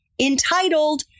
entitled